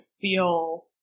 feel